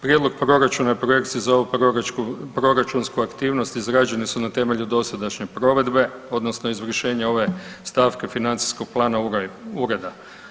Prijedlog Proračuna i projekcija za ovu proračunsku aktivnost izrađene su na temelju dosadašnje provedbe odnosno izvršenja ove stavke financijskog plana ureda.